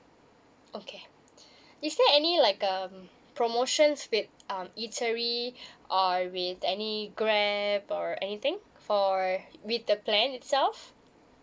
okay is there any like um promotions with um eatery or with any grab or anything for with the plan itself